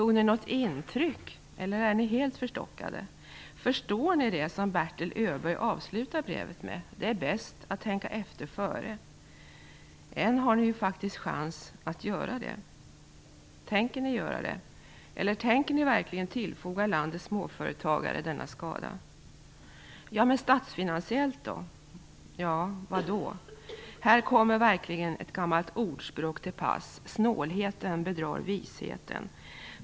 Tog ni något intryck, eller är ni helt förstockade? Förstår ni det som Bertel Öberg avslutar brevet med, att det är bäst att tänka efter före? Än har ni faktiskt möjlighet att göra det. Tänker ni göra det, eller tänker ni verkligen tillfoga landets småföretagare denna skada? Ja, men tänk på statsfinanserna, säger ni då. I det sammmanhanget kommer verkligen ett gammalt ordspråk till pass: Snålheten bedrar visheten.